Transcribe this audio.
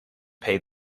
pay